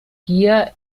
gier